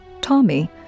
Tommy